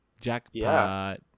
jackpot